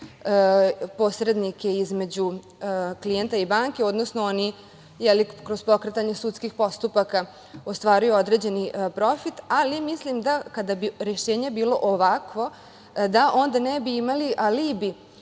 posrednike između klijenta i banke, odnosno oni kroz pokretanje sudskih postupaka ostvaruju određeni profit, ali mislim da kada bi rešenje bilo ovakvo onda ne bi imali alibi